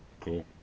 cool